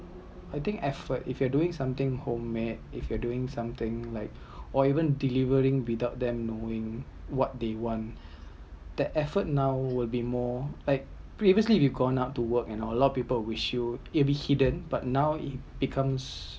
I think effort if you’re doing something homemade if you’re doing something like or even delivering without them knowing what they want that effort now will be more like previously we gone out to work and a lot of people wish you it'll be hidden but now it becomes